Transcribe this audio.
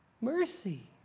Mercy